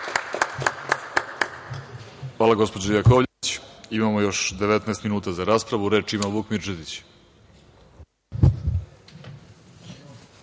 Hvala, gospođo Jakovljević. Imamo još 19 minuta za raspravu. Reč ima Vuk Mirčetić.